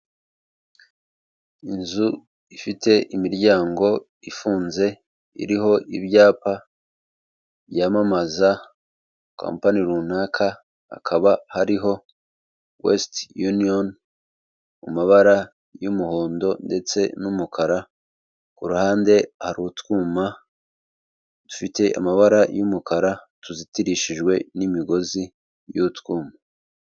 Inzu ifite imiryango ifunze iriho ibyapa byamamaza kampani runaka, hakaba hariho wesiti yuniyoni mu mabara y'umuhondo ndetse n'umukara, ku ruhande hari utwuma dufite amabara y'umukara tuzitirishijwe n'imigozi y'utwuma.